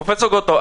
פרופ' גרוטו,